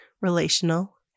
relational